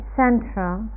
central